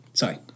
Sorry